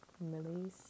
release